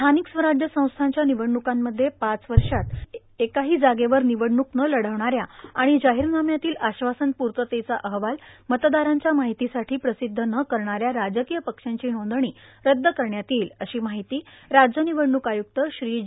स्थानिक स्वराज्य संस्थांच्या निवडणूकांमध्ये पाच वर्षांत एकही जागेवर निवडणूक न लढविणाऱ्या आणि जाहीरनाम्यातील आश्वासन पूर्ततेचा अहवाल मतदारांच्या माहितीसाठी प्रसिद्ध न करणाऱ्या राजकीय पक्षांची नोंदणी रद्द करण्यात येईल अशी माहिती राज्य निवडणूक आयुक्त श्री ज